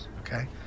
Okay